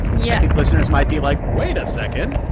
yeah think listeners might be like, wait a second.